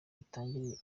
itangire